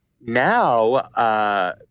Now –